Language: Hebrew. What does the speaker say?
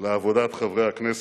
לעבודת חברי הכנסת.